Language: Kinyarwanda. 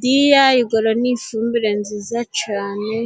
Diyayigoro ni ifumbire nziza cane,